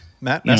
Matt